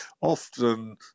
often